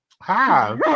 Hi